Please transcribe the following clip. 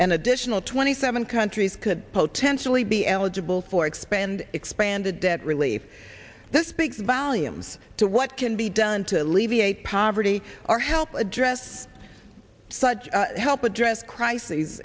an additional twenty seven countries could potentially be eligible for expand expanded that relief that speaks volumes to what can be done to alleviate poverty or help address such help address crises